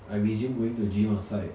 I resume going to gym outside